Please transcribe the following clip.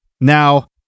Now